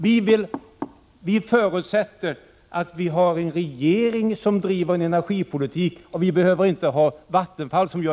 Vi förutsätter att det skall finnas en regering som driver energipolitiken, och det behöver vi inte ha Vattenfall som gör.